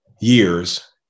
Years